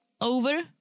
over